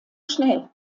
schnell